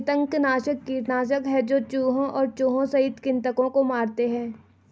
कृंतकनाशक कीटनाशक है जो चूहों और चूहों सहित कृन्तकों को मारते है